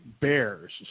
bears